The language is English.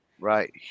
right